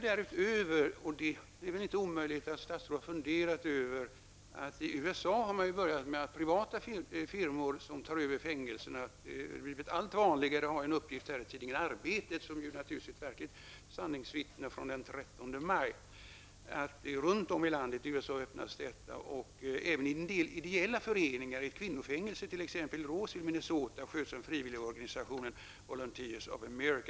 Det är heller inte omöjligt att statsrådet har funderat över detta. I USA har det blivit allt vanligare att privata firmor tar över fängelserna. Jag har sett en uppgift i tidningen Arbetet -- som naturligtvis är ett verkligt sanningsvittne -- från den 13 maj om att privata fängelser öppnas runt om i landet i USA. Det finns även en del ideella föreningar inom den här verksamheten. Bl.a. sköts ett kvinnofängelse i Volunteers of America.